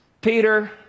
Peter